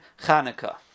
Chanukah